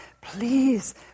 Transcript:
please